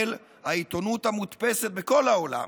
של העיתונות המודפסת בכל העולם.